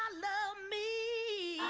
me